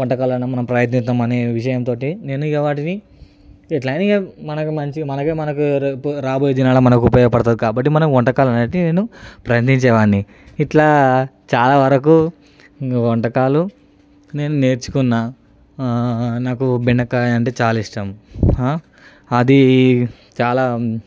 వంటకాలను మనం ప్రయత్నిద్దాము అని విషయం తోటి నేను ఇంకా వాటిని ఎట్లైనా మనకు మంచిగా మనకు మనకు రాబోయే దినాలలో మనకు ఉపయోగపడతుంది కాబట్టి వంటకాలు అనేది నేను ప్రయత్నించే వాడిని ఇట్లా చాలా వరకు ఇక వంటకాలు నేను నేర్చుకున్న నాకు బెండకాయ అంటే చాలా ఇష్టం అది చాలా